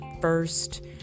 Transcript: first